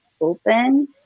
open